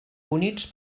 units